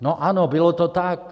No ano, bylo to tak.